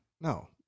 no